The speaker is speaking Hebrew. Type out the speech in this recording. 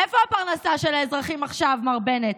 איפה הפרנסה של האזרחים עכשיו, מר בנט?